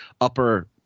upper